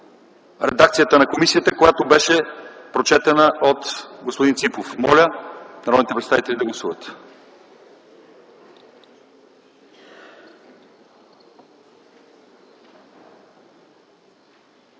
редакцията на комисията, която беше прочетена. Моля, народните представители да гласуват.